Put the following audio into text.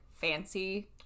fancy